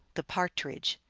the partridge.